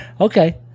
Okay